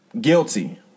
guilty